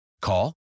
Call